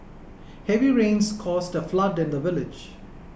heavy rains caused a flood in the village